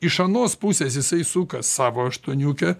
iš anos pusės jisai suka savo aštuoniukę